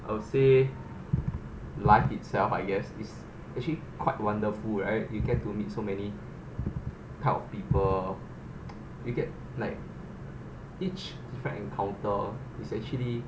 I would say life itself I guess is actually quite wonderful right you get to meet so many type of people you get like each perfect encounter is actually